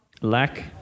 Lack